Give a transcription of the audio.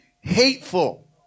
hateful